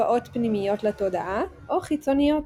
תופעות פנימיות לתודעה או חיצוניות.